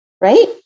Right